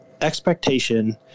expectation